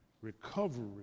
recovery